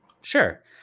Sure